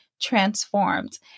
transformed